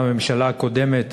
גם הממשלה הקודמת,